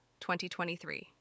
2023